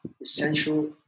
essential